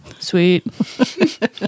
Sweet